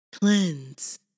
Cleanse